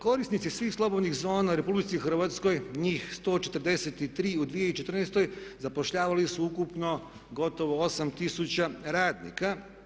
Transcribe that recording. Korisnici svih slobodnih zona u RH, njih 143 u 2014., zapošljavali su ukupno gotovo 8000 radnika.